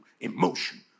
emotion